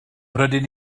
rydyn